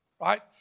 Right